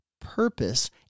purpose